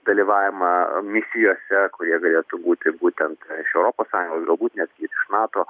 dalyvavimą misijose kurie galėtų būti būtent iš europos sąjungos galbūt netgi ir iš nato